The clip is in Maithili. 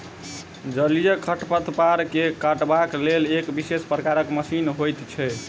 जलीय खढ़पतवार के काटबाक लेल एक विशेष प्रकारक मशीन होइत छै